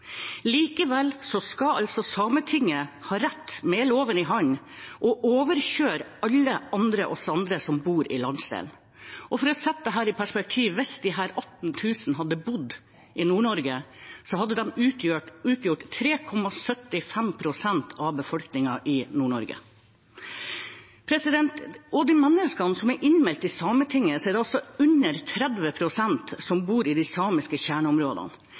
skal altså Sametinget ha rett, med loven i hånd, til å overkjøre alle oss andre som bor i landsdelen. For å sette dette i perspektiv: Hvis disse 18 000 hadde bodd i Nord-Norge, hadde de utgjort 3,75 pst. av befolkningen i Nord-Norge. Av de menneskene som er innmeldt i Sametinget, er det altså under 30 pst. som bor i de samiske kjerneområdene.